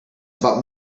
about